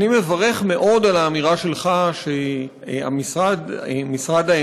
אני מברך מאוד על האמירה שלך שמשרד האנרגיה